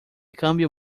cambio